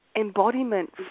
embodiment